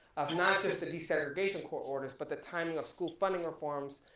of not just the desegregation court orders, but the timing of school funding reforms,